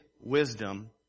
wisdom